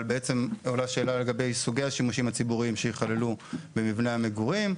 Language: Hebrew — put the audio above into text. אבל בעצם עולה שאלה לגבי סוגי השימושים הציבוריים שיכללו במבני מגורים.